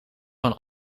van